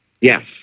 Yes